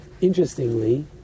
interestingly